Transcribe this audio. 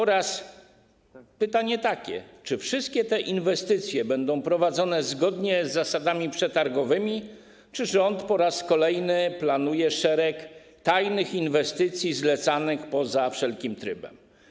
Oraz takie pytanie: Czy wszystkie te inwestycje będą prowadzone zgodnie z zasadami przetargowymi, czy rząd po raz kolejny planuje szereg tajnych inwestycji zlecanych poza wszelkim trybem?